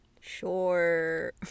Sure